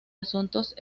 asuntos